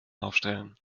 aufstellen